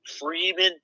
Freeman